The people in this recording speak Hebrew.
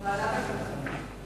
ועדת הכלכלה.